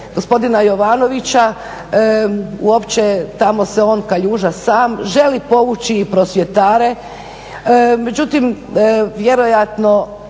gospodina Jovanovića, uopće, tamo se on kaljuža sam, želi povući i prosvjetare. Međutim, vjerojatno